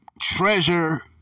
treasure